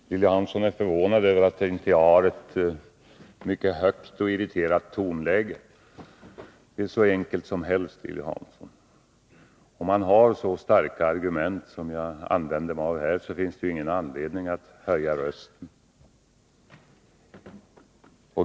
Herr talman! Lilly Hansson är förvånad över att inte jag har ett högt och irriterat tonläge. Om man har så starka argument som jag använder mig av här, finns det ingen anledning att höja rösten.